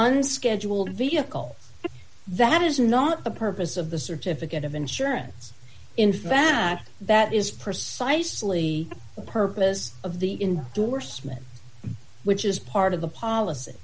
unscheduled vehicle that is not the purpose of the certificate of insurance in fact that is precisely the purpose of the door smith which is part of the policy